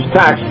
tax